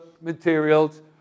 materials